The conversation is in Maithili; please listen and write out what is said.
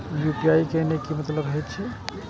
यू.पी.आई के की मतलब हे छे?